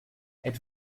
êtes